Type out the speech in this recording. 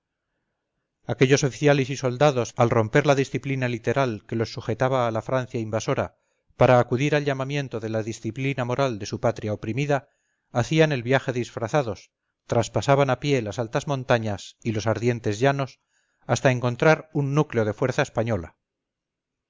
aquellos oficiales y soldados al romper la disciplina literal quelos sujetaba a la francia invasora para acudir al llamamiento de la disciplina moral de su patria oprimida hacían el viaje disfrazados traspasaban a pie las altas montañas y los ardientes llanos hasta encontrar un núcleo de fuerza española